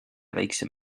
väiksem